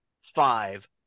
five